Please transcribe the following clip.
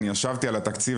אני ישבתי על התקציב,